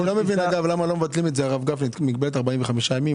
אני לא מבין למה לא מבטלים את מגבלת ה-45 ימים.